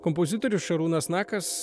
kompozitorius šarūnas nakas